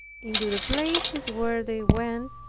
into the places where they went,